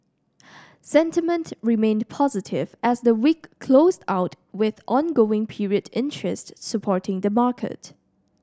sentiment remained positive as the week closed out with ongoing period interest supporting the market